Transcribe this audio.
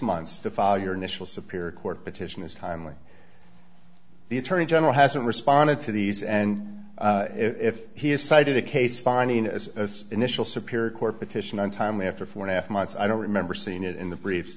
months to file your initial superior court petition is timely the attorney general hasn't responded to these and if he has cited a case finding its initial superior court petition on time after four and a half months i don't remember seeing it in the br